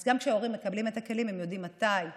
אז כשהורים מקבלים את הכלים הם יודעים מתי לתקן,